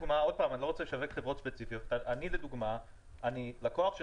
אני לא רוצה לשווק חברות ספציפיות אבל אני לדוגמה לקוח של